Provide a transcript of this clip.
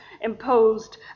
imposed